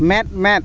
ᱢᱮᱫᱼᱢᱮᱫ